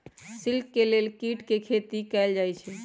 silk के लेल कीट के खेती कएल जाई छई